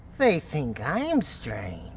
they think i'm strange.